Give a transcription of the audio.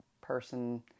person